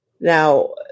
Now